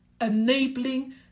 enabling